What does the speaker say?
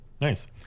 Nice